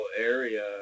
area